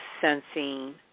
sensing